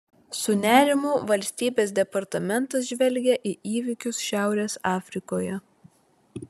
su nerimu valstybės departamentas žvelgia į įvykius šiaurės afrikoje